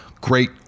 great